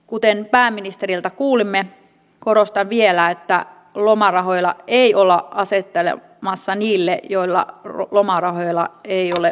kuten pääministeriltä kuulimme korostan vielä että lomarahoja ei olla asettamassa niille joilla lomarahoja ei ole ollutkaan